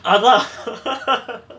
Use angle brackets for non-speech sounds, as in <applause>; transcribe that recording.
அதா:atha <laughs>